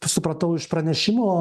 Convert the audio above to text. supratau iš pranešimo